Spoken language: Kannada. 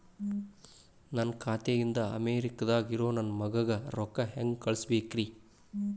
ನನ್ನ ಖಾತೆ ಇಂದ ಅಮೇರಿಕಾದಾಗ್ ಇರೋ ನನ್ನ ಮಗಗ ರೊಕ್ಕ ಹೆಂಗ್ ಕಳಸಬೇಕ್ರಿ?